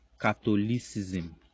Catholicism